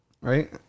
right